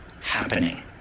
happening